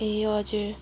ए हजुर